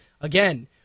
Again